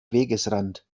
wegesrand